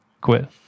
quit